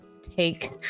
take